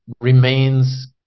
remains